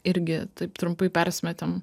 irgi taip trumpai persimetėm